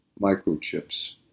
microchips